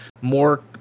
more